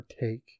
take